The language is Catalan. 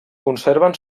conserven